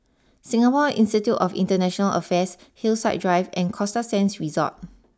Singapore Institute of International Affairs Hillside Drive and Costa Sands Resort